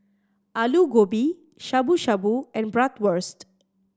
Alu Gobi Shabu Shabu and Bratwurst